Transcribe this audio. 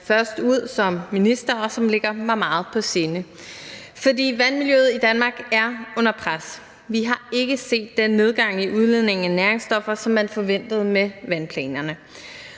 først ud som minister, og som ligger mig meget på sinde. For vandmiljøet i Danmark er under pres. Vi har ikke set den nedgang i udledningen af næringsstoffer, som man forventede med vandplanerne,